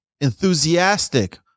enthusiastic